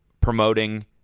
promoting